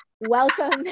welcome